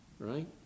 Right